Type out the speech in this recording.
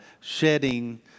shedding